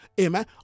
amen